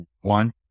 One